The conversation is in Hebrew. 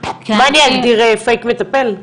מה אני אגדיר, 'פייק מטפל'.